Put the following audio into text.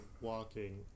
walking